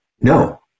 no